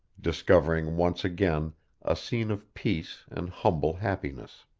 discovering once again a scene of peace and humble happiness.